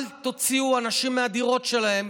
אל תוציאו אנשים מהדירות שלהם,